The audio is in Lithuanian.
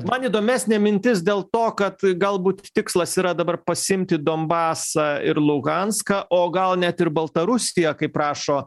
man įdomesnė mintis dėl to kad galbūt tikslas yra dabar pasiimti donbasą ir luganską o gal net ir baltarusiją kaip rašo